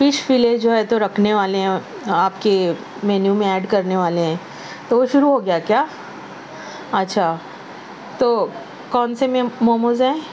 fish fillet جو ہے تو رکھنے والے ہیں آپ کے مینیو میں ایڈ کرنے والے ہیں تو وہ شروع ہو گیا کیا اچھا تو کون سے مے موموز ہیں